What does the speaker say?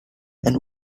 and